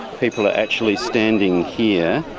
people are actually standing here